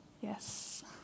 Yes